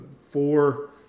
four